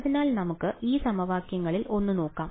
അതിനാൽ നമുക്ക് ആ സമവാക്യങ്ങളിൽ ഒന്ന് നോക്കാം